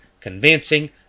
convincing